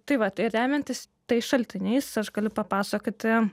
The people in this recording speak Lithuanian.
tai vat tai ir remiantis tais šaltiniais aš galiu papasakoti